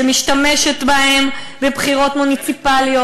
שמשתמשת בהם בבחירות מוניציפליות,